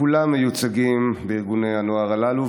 כולם מיוצגים בארגוני הנוער הללו,